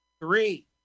Three